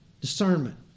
discernment